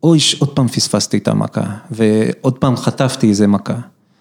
‫או איש עוד פעם פספסתי את המכה ‫ועוד פעם חטפתי איזה מכה.